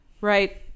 Right